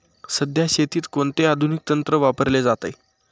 सध्या शेतीत कोणते आधुनिक तंत्र वापरले जाते?